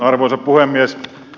arvoisa puhemies